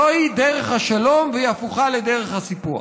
זוהי דרך השלום והיא הפוכה לדרך הסיפוח.